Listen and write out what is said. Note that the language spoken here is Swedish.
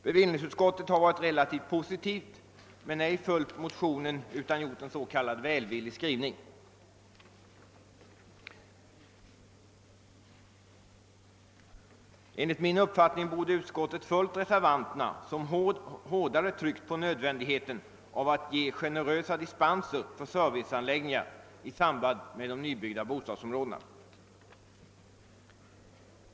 Bevillningsutskottet har ställt sig relativt positivt men har inte följt motionärernas förslag utan har gjort en s.k. välvillig skrivning. Enligt min uppfattning borde utskottet ha intagit samma ståndpunkt som reservanterna har gjort och hårdare tryckt på nödvändigheten att ge generösa dispenser för serviceanläggningar i nya bostadsområden.